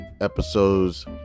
episodes